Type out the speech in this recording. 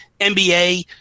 NBA